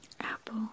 apple